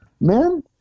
man